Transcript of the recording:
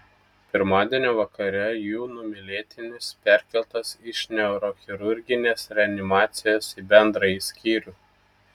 pirmadienio vakare jų numylėtinis perkeltas iš neurochirurginės reanimacijos į bendrąjį skyrių